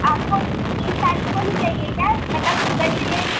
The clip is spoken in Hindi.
आपको तीस तारीख़ को ही चाहिए क्या मतलब सुबह चाहिए